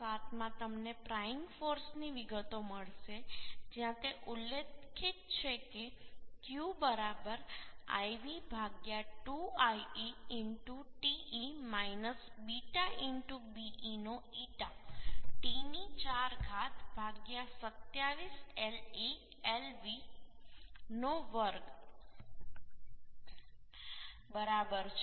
7 માં તમને પ્રાયિંગ ફોર્સની વિગતો મળશે જ્યાં તે ઉલ્લેખિત છે કે Q બરાબર lv 2le Te β be નો ઇટા t ની 4 ઘાત 27 le lv નો વર્ગ બરાબર છે